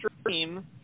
stream